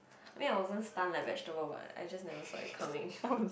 I mean I wasn't stun like vegetable but I just never saw it coming